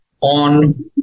on